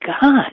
god